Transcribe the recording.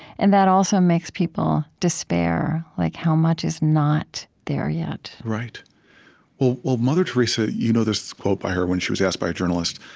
and that also makes people despair like how much is not there yet right well, mother teresa, there's you know this quote by her when she was asked by a journalist,